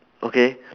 okay